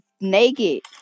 naked